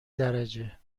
درجه